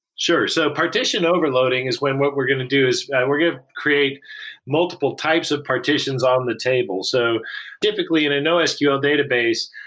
sure. so partition overloading is when what we're going to do is we're going to create multiple types of partitions on the table. so typically, in a nosql database,